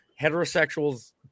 heterosexuals